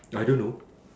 I don't know